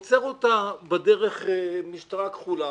עוצר אותה בדרך משטרה כחולה,